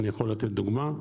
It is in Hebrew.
אני יכול לתת דוגמה: